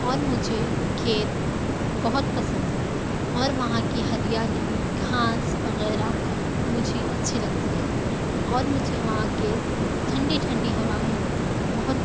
اور مجھے کھیت بہت پسند ہے اور وہاں کی ہریالی گھاس وغیرہ مجھے اچھی لگتی ہے اور مجھے وہاں کے ٹھنڈی ٹھنڈی ہوائیں بہت